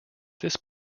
this